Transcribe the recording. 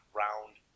round